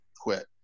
quit